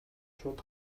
шууд